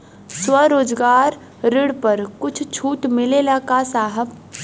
स्वरोजगार ऋण पर कुछ छूट मिलेला का साहब?